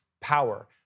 power